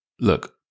look